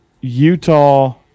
Utah